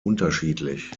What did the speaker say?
unterschiedlich